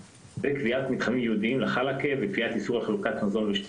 וקביעת מתחמים ייעודיים לחאלקה וקביעת איסור על חלוקת מזון ושתייה.